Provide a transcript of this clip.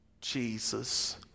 Jesus